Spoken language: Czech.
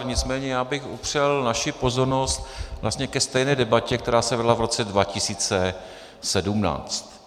Nicméně já bych upřel naši pozornost vlastně ke stejné debatě, která se vedla v roce 2017.